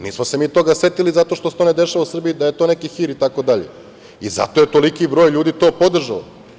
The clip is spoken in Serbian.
Nismo se mi toga setili zato što se to ne dešava u Srbiji, da je to neki hir i tako dalje i zato je toliko broj ljudi to podržao.